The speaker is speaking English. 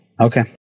Okay